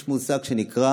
יש מושג שנקרא